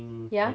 ya